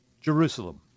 Jerusalem